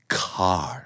car